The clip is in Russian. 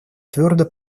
твердо